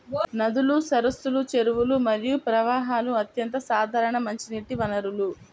నదులు, సరస్సులు, చెరువులు మరియు ప్రవాహాలు అత్యంత సాధారణ మంచినీటి వనరులు